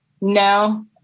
no